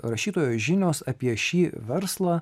rašytojo žinios apie šį verslą